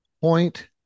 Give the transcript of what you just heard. point